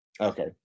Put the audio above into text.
Okay